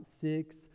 six